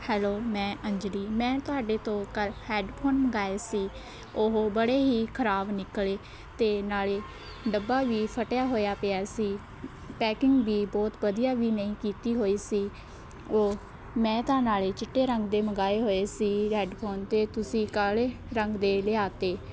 hello ਮੈਂ ਅੰਜਲੀ ਮੈਂ ਤੁਹਾਡੇ ਤੋਂ ਕੱਲ੍ਹ ਹੈੱਡਫੋਨ ਮੰਗਾਏ ਸੀ ਉਹ ਬੜੇ ਹੀ ਖ਼ਰਾਬ ਨਿਕਲੇ ਅਤੇ ਨਾਲ਼ੇ ਡੱਬਾ ਵੀ ਫਟਿਆ ਹੋਇਆ ਪਿਆ ਸੀ ਪੈਕਿੰਗ ਵੀ ਬਹੁਤ ਵਧੀਆ ਵੀ ਨਹੀਂ ਕੀਤੀ ਹੋਈ ਸੀ ਉਹ ਮੈਂ ਤਾਂ ਨਾਲ਼ੇ ਚਿੱਟੇ ਰੰਗ ਦੇ ਮੰਗਾਏ ਹੋਏ ਸੀ ਹੈੱਡਫੋਨ ਅਤੇ ਤੁਸੀਂ ਕਾਲੇ ਰੰਗ ਦੇ ਲਿਆ ਤੇ